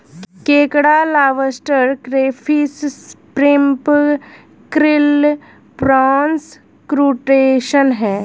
केकड़ा lobster crayfish shrimp krill prawns crustacean है